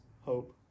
Hope